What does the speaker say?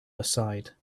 aside